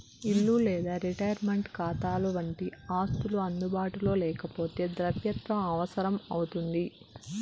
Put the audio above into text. ఇల్లు లేదా రిటైర్మంటు కాతాలవంటి ఆస్తులు అందుబాటులో లేకపోతే ద్రవ్యత్వం అవసరం అవుతుంది